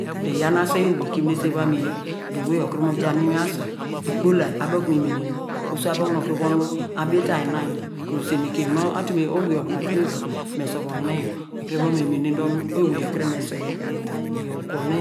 Dor iyaw nu aswei owey ikiminese miya, dor owey you okuru mo ja mu inwin aswei, kpola abo kunu mi menene, oso abo okunu okunu von abitainy na yor nu osenekem nu atum, owey ovu nu atum eva me sovogne yor ekuru von me menene dor nu ewey kre me sireiya iyor ugwone.